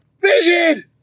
Vision